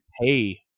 pay